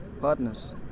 partners